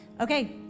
Okay